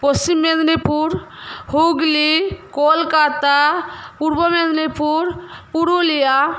Paschim Medinipur Hooghly Kolkata Purba Medinipur Purulia